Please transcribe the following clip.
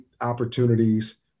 opportunities